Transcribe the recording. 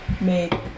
made